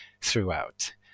throughout